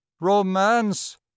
romance